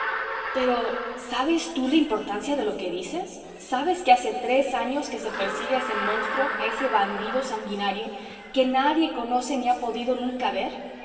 pero sabes tú la importancia de lo que dices sabes que hace tres años que se persigue a ese monstruo a ese bandido sanguinario que nadie conoce ni ha podido nunca ver